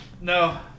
No